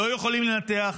לא יכולים לנתח,